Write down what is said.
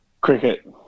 Cricket